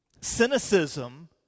Cynicism